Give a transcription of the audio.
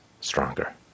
stronger